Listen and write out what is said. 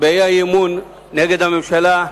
באי-אמון נגד הממשלה,